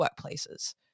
workplaces